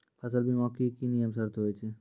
फसल बीमा के की नियम सर्त होय छै?